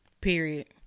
Period